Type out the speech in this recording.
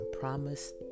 Promise